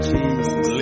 Jesus